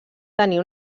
tenir